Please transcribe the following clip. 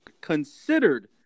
considered